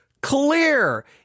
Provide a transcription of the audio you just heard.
clear